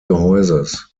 gehäuses